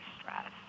stress